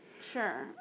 Sure